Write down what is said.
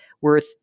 worth